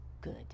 good